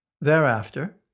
Thereafter